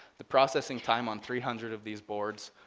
the processing time on three hundred of these boards,